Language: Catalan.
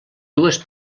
dues